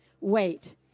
Wait